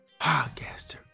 podcaster